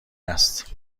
است